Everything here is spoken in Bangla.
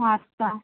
আচ্ছা